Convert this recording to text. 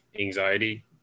anxiety